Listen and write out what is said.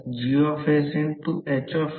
म्हणून जर हे सर्व भरले तर हे R1 261113